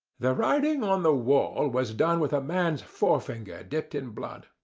the writing on the wall was done with a man's forefinger dipped in blood.